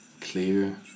clear